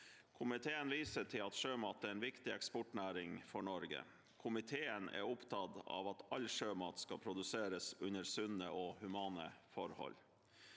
Komiteen viser til at sjømat er en viktig eksportnæring for Norge. Komiteen er opptatt av at all sjømat skal produseres under sunne og humane forhold.